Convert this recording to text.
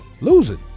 Losing